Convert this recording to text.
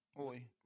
Oi